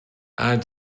add